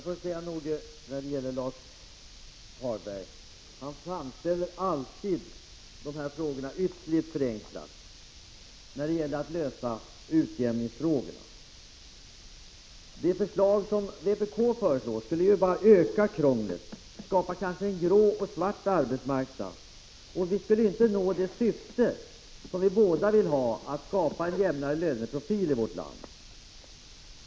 Fru talman! Lars-Ove Hagberg framställer alltid utjämningsfrågorna ytterligt förenklat. Om vpk:s förslag genomfördes, skulle det bara öka krånglet. Det skulle kanske skapas en grå och en svart arbetsmarknad, och vi skulle inte nå det syfte som vi båda önskar, en jämnare löneprofil i vårt land.